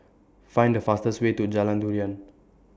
Find The fastest Way to Jalan Durian